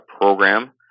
program